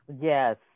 yes